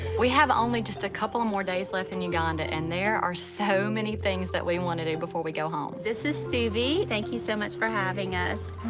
we have only just a couple more days left in uganda and there are so many things that we want to do before we go home. this is subi, thank you so much for having us.